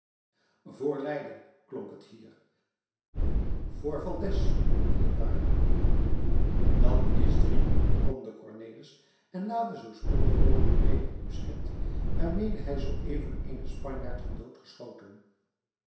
voor leiden klonk het hier voor valdez klonk het daar dat is er drie bromde cornelis en laadde zoo spoedig mogelijk weder het musket waarmede hij zoo even eenen spanjaard had dood